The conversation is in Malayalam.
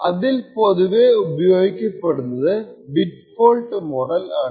അതിൽ പൊതുവെ ഉപയോഗിക്കപ്പെടുന്നത് ബിറ്റ് ഫോൾട്ട് മോഡൽ ആണ്